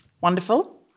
Wonderful